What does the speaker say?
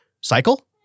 cycle